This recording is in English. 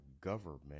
government